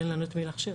אין לנו את מי להכשיר.